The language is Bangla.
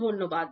ধন্যবাদ